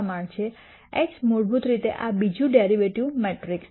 H મૂળભૂત રીતે આ બીજું ડેરિવેટિવ મેટ્રિક્સ છે